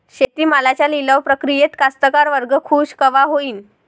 शेती मालाच्या लिलाव प्रक्रियेत कास्तकार वर्ग खूष कवा होईन?